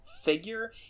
figure